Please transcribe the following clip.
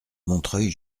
montreuil